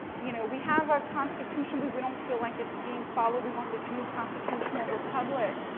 you know, we have our constitution. we we don't feel like it's being followed. we want this new constitutional republic.